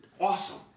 Awesome